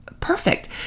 perfect